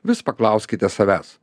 vis paklauskite savęs